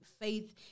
faith